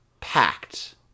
Packed